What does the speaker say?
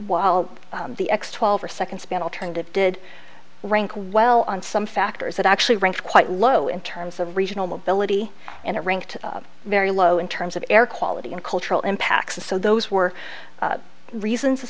while the x twelve are second span alternative did rank well on some factors that actually rank quite low in terms of regional mobility and it ranked very low in terms of air quality and cultural impacts and so those were the reasons t